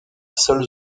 seule